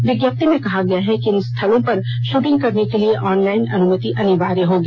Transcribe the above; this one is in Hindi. विज्ञप्ति में कहा गया है कि इन स्थलों पर शूटिंग करने के लिए ऑनलाइन अनुमति अनिवार्य होगी